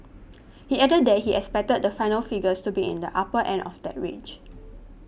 he added that he expected the final figures to be in the upper end of that range